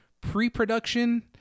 pre-production